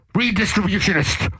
redistributionist